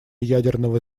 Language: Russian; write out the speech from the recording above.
ядерного